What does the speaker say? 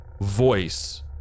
voice